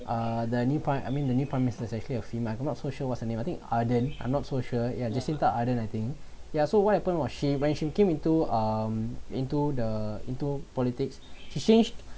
uh the new prime I mean the new prime minister actually a female I'm not so sure what's her name I think ardern I'm not so sure ya jacintha ardern I think yeah so what happened was she when she came into um into the into politics she changed